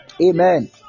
Amen